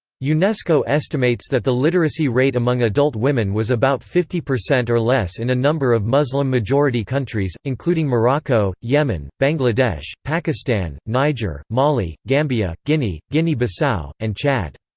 unesco estimates that the literacy rate among adult women was about fifty percent or less in a number of muslim-majority countries, including morocco, yemen, bangladesh, pakistan, niger, mali, gambia, guinea, guinea-bissau, so and chad.